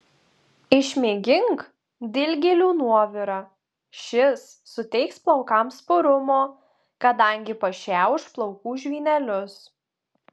išmėgink dilgėlių nuovirą šis suteiks plaukams purumo kadangi pašiauš plaukų žvynelius